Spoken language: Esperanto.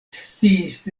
sciis